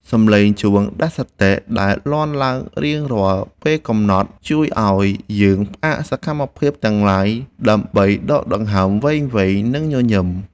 សំឡេងជួងដាស់សតិដែលលាន់ឡើងរៀងរាល់ពេលកំណត់ជួយឱ្យយើងផ្អាកសកម្មភាពទាំងឡាយដើម្បីដកដង្ហើមវែងៗ និង ញញឹម។